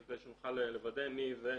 כדי שנוכל לוודא מי ייבא